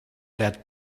led